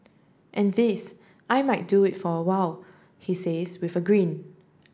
and this I might do for a while he says with a grin